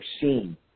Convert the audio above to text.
seen